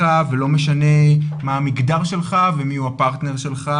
ולא משנה מה המגדר שלך ומי הפרטנר שלך,